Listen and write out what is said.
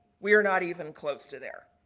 we're not even close to there.